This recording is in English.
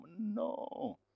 No